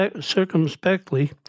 circumspectly